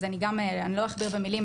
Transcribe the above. אני לא אכביר במילים,